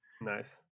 Nice